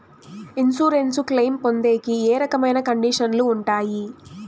Insurance claim పొందేకి ఏ రకమైన కండిషన్లు ఉంటాయి?